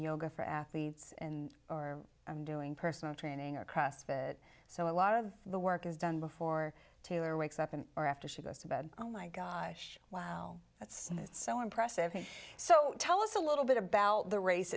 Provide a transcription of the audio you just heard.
yoga for athletes and or doing personal training or cross fit so a lot of the work is done before taylor wakes up and or after she goes to bed oh my gosh wow that's so impressive so tell us a little bit about the race